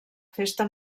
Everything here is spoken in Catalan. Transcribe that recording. festa